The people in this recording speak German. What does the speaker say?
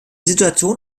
situation